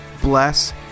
bless